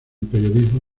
periodismo